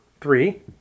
three